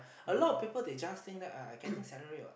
a lot of people they just think uh I getting salary what